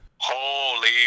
holy